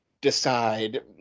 decide